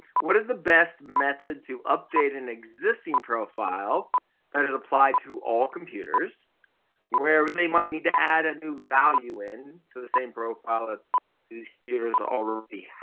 what is the best method to update an existing profile that is applied to all computers wherever they might need to add a new value in to the same profile? it's theaters already.